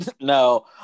no